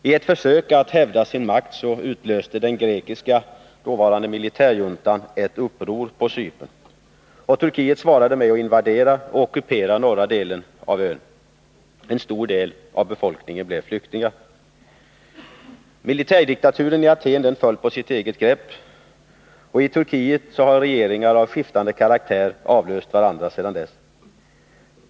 I ett försök att hävda sin makt utlöste den grekiska dåvarande militärjuntan ett uppror på Cypern. Turkiet svarade med att invadera och ockupera norra delen av ön. En stor del av befolkningen blev flyktingar. Militärdiktaturen i Aten föll på sitt eget grepp. I Turkiet har sedan dess regeringar av skiftande karaktär avlöst varandra.